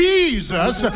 Jesus